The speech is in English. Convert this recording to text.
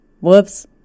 Whoops